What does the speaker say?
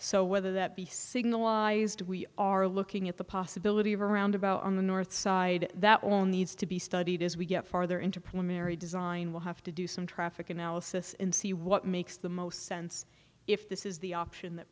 so whether that be signalized we are looking at the possibility of around about on the north side that own needs to be studied as we get farther into pulmonary design will have to do some traffic analysis and see what makes the most sense if this is the option that